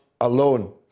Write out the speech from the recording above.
alone